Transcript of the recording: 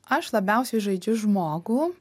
aš labiausiai žaidžiu žmogų